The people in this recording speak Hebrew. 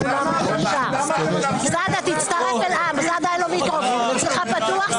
סעדה, אצלך פתוח?